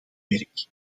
werk